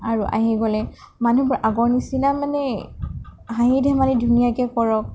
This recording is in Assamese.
আৰু আহি গ'লে মানুহবোৰ আগৰ নিচিনা মানে হাঁহি ধেমালি ধুনীয়াকৈ কৰক